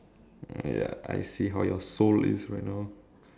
ya I see how your soul is right now